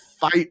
fight